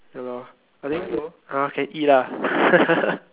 ya lor I think ah can eat ah